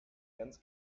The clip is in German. ganz